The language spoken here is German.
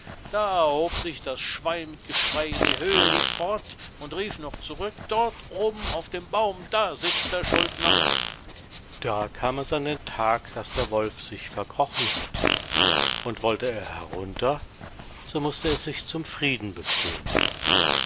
da hob sich das schwein mit geschrei in die höhe lief fort und rief noch zurück dort oben auf dem baum da sitzt der schuldner da kam es an den tag daß der wolf sich verkrochen hatte und wollte er herunter mußte er sich zum frieden bequemen